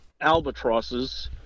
Albatrosses